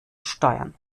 steuern